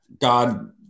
god